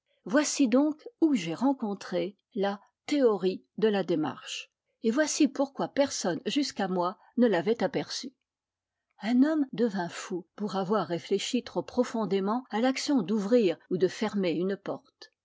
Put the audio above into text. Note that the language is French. voici donc où j'ai rencontré la théorie de la démarche et voici pourquoi personne jusqu'à moi ne l'avait aperçue un homme devint fou pour avoir réfléchi trop profondément à l'action d'ouvrir ou de fermer une porte